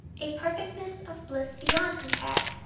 a perfectness of bliss beyond compare!